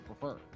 prefer